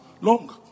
Long